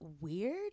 weird